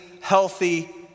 healthy